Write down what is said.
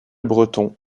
breton